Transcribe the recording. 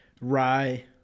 rye